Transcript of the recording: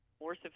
more